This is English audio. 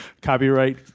Copyright